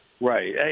Right